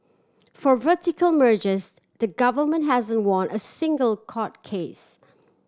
for vertical mergers the government hasn't won a single court case